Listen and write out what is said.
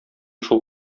шул